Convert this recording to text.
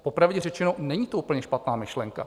Popravdě řečeno, není to úplně špatná myšlenka.